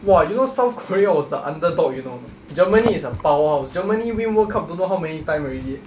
!wah! you know south korea was the underdog you know germany is a powerhouse germany win world cup don't know how many time already eh